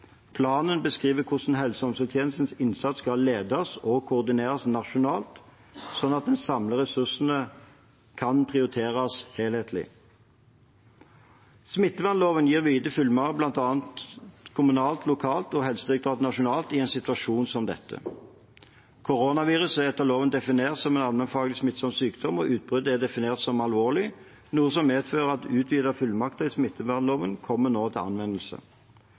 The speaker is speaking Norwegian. Planen beskriver hvordan helse- og omsorgstjenestens innsats kan ledes og koordineres nasjonalt, slik at de samlede ressursene kan prioriteres helhetlig. Smittevernloven gir vide fullmakter til bl.a. kommunen lokalt og Helsedirektoratet nasjonalt i en situasjon som denne. Koronaviruset er etter loven definert som en allmennfarlig smittsom sykdom, og utbruddet er definert som alvorlig, noe som medfører at utvidete fullmakter i smittevernloven nå kommer til anvendelse.